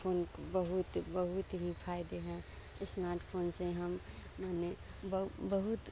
phone बहुत बहुत ही फायदे हैं स्मार्टफोन से हम माने बहु बहुत